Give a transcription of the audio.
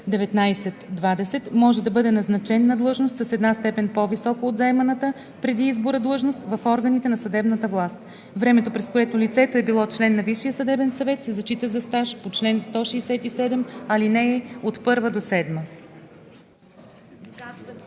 19-20, може да бъде назначен на длъжност с една степен по-висока от заеманата преди избора длъжност в органите на съдебната власт. Времето, през което лицето е било член на Висшия съдебен съвет, се зачита за стаж по чл. 164, ал.